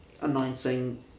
announcing